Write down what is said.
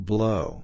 Blow